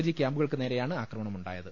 G ക്യാമ്പുകൾക്കുനേരെയാണ് ആക്രമണമുണ്ടായത്